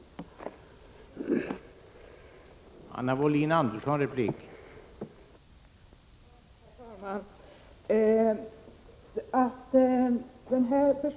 14 maj 1986